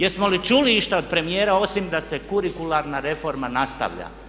Jesmo li čuli išta od premijera osim da se kurikularna reforma nastavlja?